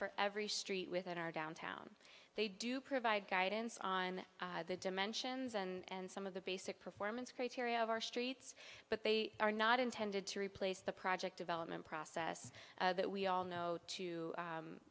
for every street within our downtown they do provide guidance on the dimensions and some of the basic performance criteria of our streets but they are not intended to replace the project development process that we all know to